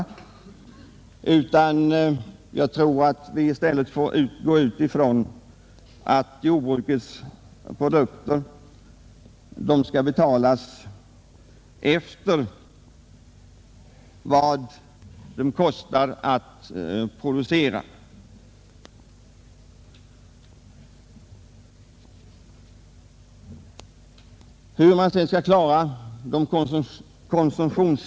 Det får sedan bli samhällets sak att förstärka deras konsumtionskraft. Det sker ju på andra betydelsefulla områden.